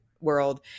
world